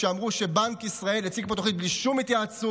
שאמרו שבנק ישראל הציג פה תוכנית בלי שום התייעצות,